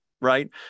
right